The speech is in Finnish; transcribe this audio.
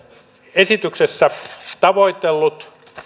esityksessä tavoiteltu